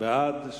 13 בעד,